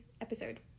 episode